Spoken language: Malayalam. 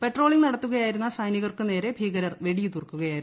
പട്രോളിംഗ് നടത്തുകയായിരുന്ന സൈനികർക്കു നേരെ ഭീകരർ വെടിയുതിർക്കുകയായിരുന്നു